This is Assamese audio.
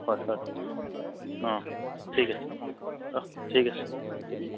হয় হয় অঁ ঠিক আছে অঁ ঠিক আছে